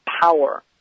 power